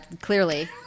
clearly